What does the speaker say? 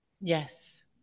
Yes